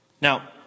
Now